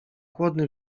chłodny